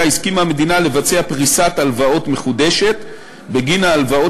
הסכימה המדינה לבצע פריסת הלוואות מחודשת בגין ההלוואות